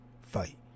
fight